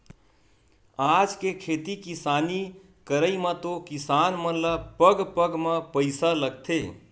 आज के खेती किसानी करई म तो किसान मन ल पग पग म पइसा लगथे